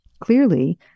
clearly